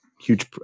huge –